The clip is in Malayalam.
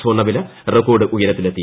സ്വർണവില റെക്കോർഡ് ഉയരത്തിലെത്തി